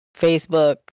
Facebook